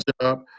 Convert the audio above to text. job